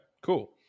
cool